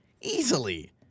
easily